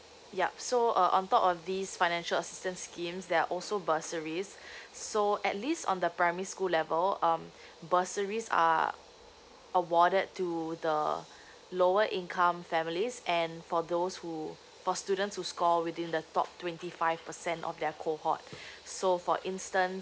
yup so uh on top of these financial assistance schemes there are also bursaries so at least on the primary school level um bursaries are awarded to the lower income families and for those who for students who score within the top twenty five percent of their cohort so for instance